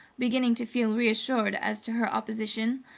beginning to feel reassured as to her opposition.